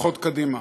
הולכות קדימה.